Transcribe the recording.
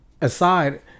aside